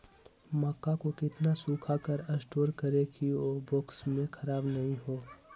मक्का को कितना सूखा कर स्टोर करें की ओ बॉक्स में ख़राब नहीं हो?